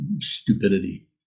stupidity